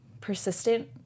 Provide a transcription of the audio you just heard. persistent